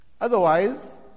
Otherwise